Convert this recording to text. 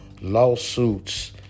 lawsuits